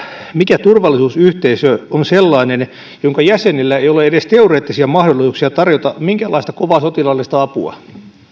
mikä turvallisuusyhteisö on sellainen jonka jäsenillä ei ole edes teoreettisia mahdollisuuksia tarjota minkäänlaista kovaa sotilaallista apua